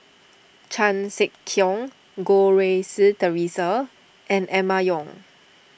Chan Sek Keong Goh Rui Si theresa and Emma Yong